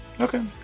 okay